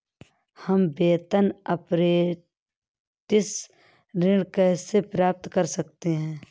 हम वेतन अपरेंटिस ऋण कैसे प्राप्त कर सकते हैं?